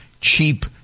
cheap